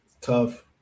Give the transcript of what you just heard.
Tough